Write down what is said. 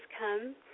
Come